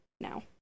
now